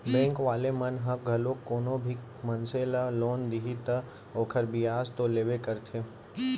bank वाले मन ह घलोक कोनो भी मनसे ल लोन दिही त ओखर बियाज तो लेबे करथे